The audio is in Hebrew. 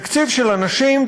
תקציב של אנשים,